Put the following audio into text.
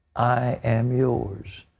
am yours.